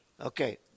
Okay